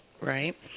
right